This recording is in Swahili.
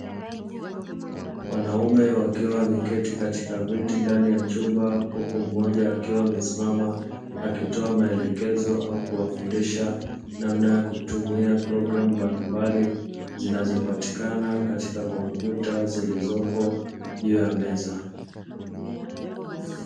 Wanaume wakiwa wameketi katika viti ndani ya chumbe huku mmoja akiwa amesimama akitoa maelekeza au kuwafundisha namna ya kutumia programu mbalimbali zinazopatikana katika kompyuta zilizopo juu ya meza.